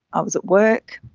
i was at work,